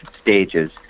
stages